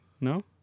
No